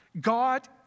God